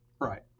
Right